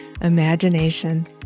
imagination